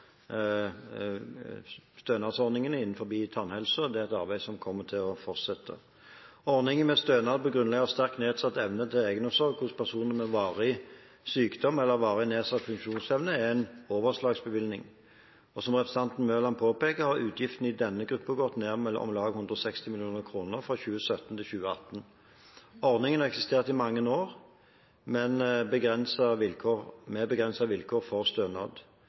tannhelse, og det er et arbeid som kommer til å fortsette. Ordningen med stønad på grunnlag av sterkt nedsatt evne til egenomsorg hos personer med varig sykdom eller varig nedsatt funksjonsevne er en overslagsbevilgning. Som representanten Mørland påpeker, har utgiftene til denne gruppen gått ned med om lag 160 mill. kr fra 2017 til 2018. Ordningen har eksistert i mange år, med begrensede vilkår for stønad.